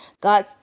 God